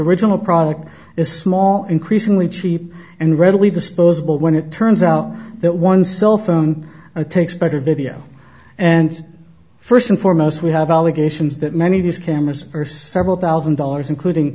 original product is small increasingly cheap and readily disposable when it turns out that one cell phone takes better video and first and foremost we have allegations that many of these cameras are several thousand dollars including